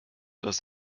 das